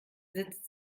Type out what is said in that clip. sitzt